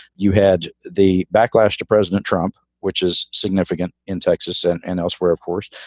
you had the backlash to president trump, which is significant in texas and and elsewhere, of course,